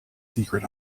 secret